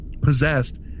possessed